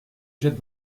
jette